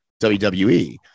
WWE